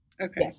Okay